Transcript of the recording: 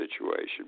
situation